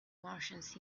martians